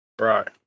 Right